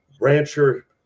rancher